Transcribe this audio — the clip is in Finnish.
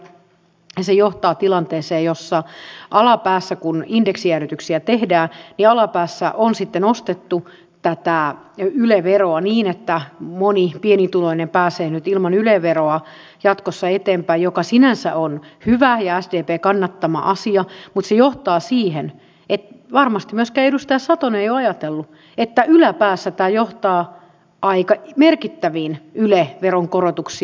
se johtaa tilanteeseen jossa kun indeksijäädytyksiä tehdään alapäässä on sitten nostettu tätä yle veroa niin että moni pienituloinen pääsee nyt ilman yle veroa jatkossa eteenpäin mikä sinänsä on hyvä ja sdpn kannattama asia mutta se johtaa siihen mitä varmasti myöskään edustaja satonen ei ole ajatellut että yläpäässä tämä johtaa aika merkittäviin yle veron korotuksiin